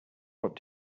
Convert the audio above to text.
what